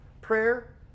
Prayer